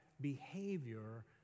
Behavior